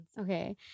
Okay